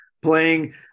Playing